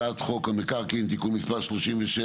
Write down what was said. הצעת חוק המקרקעין (תיקון מס' 37